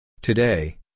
Today